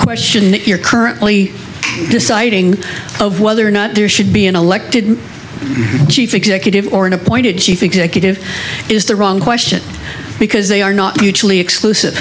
question if you're currently deciding of whether or not there should be an elected chief executive or an appointed chief executive is the wrong question because they are not mutually exclusive